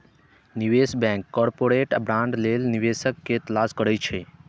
निवेश bank corporate bond लेल निवेशक के तलाश करै छै